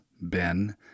Ben